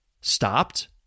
stopped